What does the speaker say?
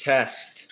Test